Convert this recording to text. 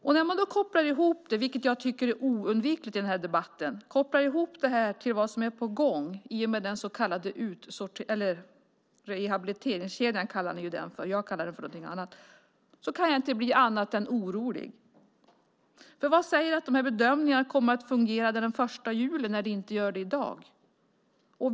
Det är oundvikligt att i denna debatt koppla ihop detta med vad som är på gång i rehabiliteringskedjan - som ni kallar det, jag kallar det för något annat. Jag kan inte bli annat än orolig. Vad säger att bedömningarna kommer att fungera den 1 juli när de inte gör det i dag?